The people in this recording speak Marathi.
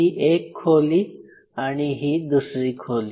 ही एक खोली आणि ही दुसरी खोली